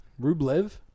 Rublev